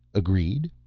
agreed?